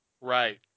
Right